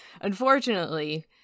unfortunately